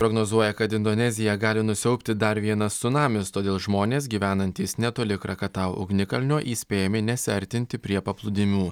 prognozuoja kad indoneziją gali nusiaubti dar vienas cunamis todėl žmonės gyvenantys netoli krakatau ugnikalnio įspėjami nesiartinti prie paplūdimių